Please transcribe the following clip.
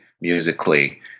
musically